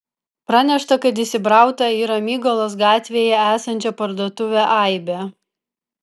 pranešta kad įsibrauta į ramygalos gatvėje esančią parduotuvę aibė